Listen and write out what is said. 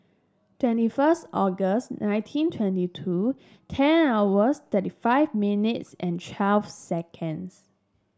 twenty first August nineteen twenty two ten hours thirty five minutes and twelve seconds